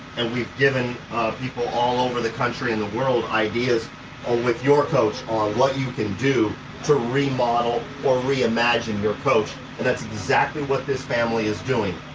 and we've given people all over the country and the world ideas or with your coach on what you can do to remodel or re-imagine your coach. and that's exactly what this family is doing.